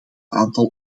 aantal